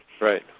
Right